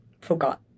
forgot